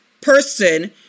person